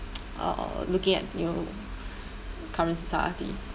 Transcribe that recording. uh looking at you know current society